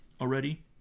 already